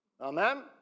Amen